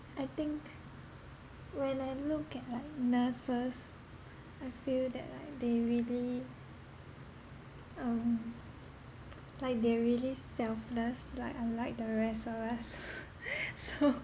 I think when I look at like nurses I feel that like they really um like they really selfless like unlike the rest of us so